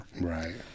Right